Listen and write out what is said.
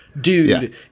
dude